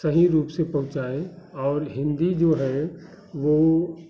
सही रूप से पहुंचाएं और हिन्दी जो है वो